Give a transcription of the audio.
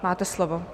Máte slovo.